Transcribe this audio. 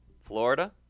Florida